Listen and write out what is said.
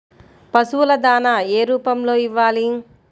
పశువుల దాణా ఏ రూపంలో ఇవ్వాలి?